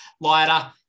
lighter